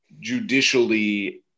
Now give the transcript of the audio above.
judicially